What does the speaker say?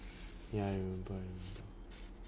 ya I remember